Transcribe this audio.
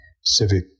civic